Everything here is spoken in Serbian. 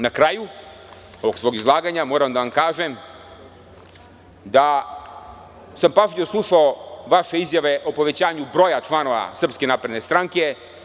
Na kraju ovog svog izlaganja moram da vam kažem da sam pažljivo slušao vaše izjave o povećanju broja članova SNS.